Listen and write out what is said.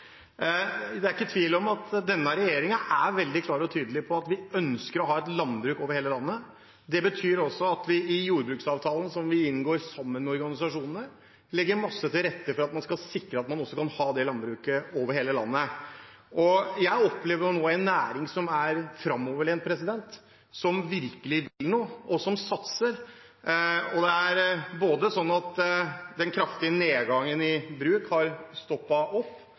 er ikke tvil om at vi i denne regjeringen er veldig klare og tydelige på at vi ønsker å ha landbruk over hele landet. Det betyr også at vi i de jordbruksavtalene som vi inngår med organisasjonene, legger mye til rette for at man skal sikre at man kan ha landbruk over hele landet. Jeg opplever nå en næring som er framoverlent, som virkelig vil noe, og som satser. Den kraftige nedgangen i antall bruk har stoppet opp, og det er